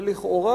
ולכאורה,